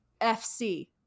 FC